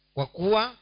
wakua